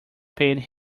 paid